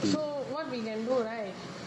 so what we can do right